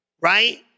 right